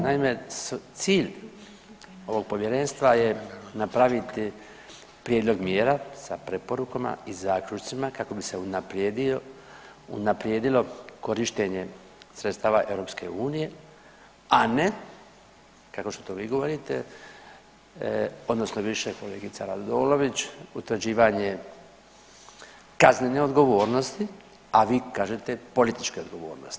Naime, cilj ovog povjerenstva je napraviti prijedlog mjera sa preporukama i zaključcima kako bi se unaprijedilo korištenje sredstava EU, a ne kao što to vi govorite odnosno bivša kolegica Radolović utvrđivanje kaznene odgovornosti a vi kažete političke odgovornosti.